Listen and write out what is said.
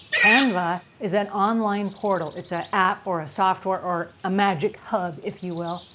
canva is an online portal. it's an app, or a software or a magic hub if you will,